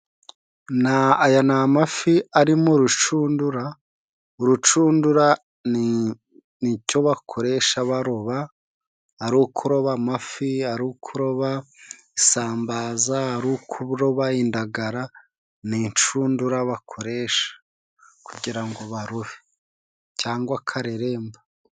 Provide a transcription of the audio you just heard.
Aya ni amafi ari mu rushundura, urucundura ni icyo bakoresha baroba ari ukuroba amafi, ari kuroba isambaza, ari ukuroba indagara, ni incundura bakoresha kugira ngo barobe, cyangwa kareremba.